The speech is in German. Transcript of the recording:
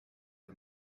der